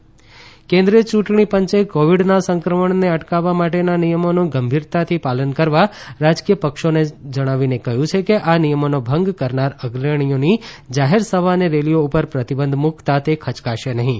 ચૂંટણી પંચ કેન્દ્રીય ચૂંટણી પંચે કોવિડના સંક્રમણને અટકાવવા માટેના નિયમોનું ગંભીરતાથી પાલન કરવા રાજકીય પક્ષોને જણાવીને કહ્યું છે કે આ નિયમોનો ભંગ કરનાર અગ્રણીઓની જાહેર સભા અને રેલીઓ ઉપર પ્રતિબંધ મુકતા તે ખચકાશે નહીં